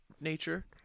nature